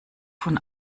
von